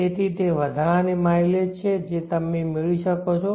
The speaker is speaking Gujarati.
તેથી તે વધારાની માઇલેજ છે જે તમે મેળવી શકો છો